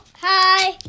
Hi